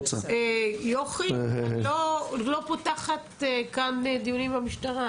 יוכי, אני לא פותחת כאן דיונים עם המשטרה.